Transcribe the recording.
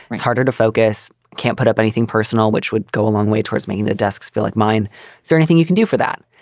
it's harder to focus. can't put up anything personal which would go a long way towards making the desks feel like mine. is there anything you can do for that?